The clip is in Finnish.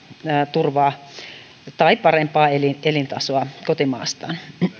turvaa tai parempaa elintasoa kuin heillä kotimaassaan on